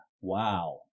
Wow